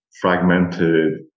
fragmented